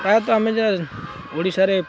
ପ୍ରାୟତଃ ଆମେ ଯେ ଓଡ଼ିଶାରେ